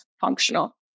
functional